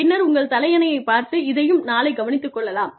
பின்னர் உங்கள் தலையணையைப் பார்த்து இதையும் நாளை கவனித்துக் கொள்ளலாம்